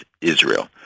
Israel